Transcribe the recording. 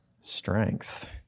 strength